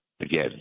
again